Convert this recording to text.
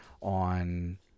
on